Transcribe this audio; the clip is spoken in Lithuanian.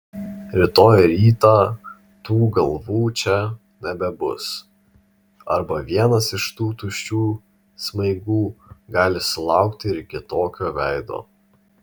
rytoj rytą tų galvų čia nebebus arba vienas iš tų tuščių smaigų gali sulaukti ir kitokio veido